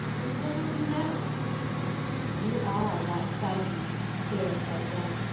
and what are you now you are that psyche cyril said again,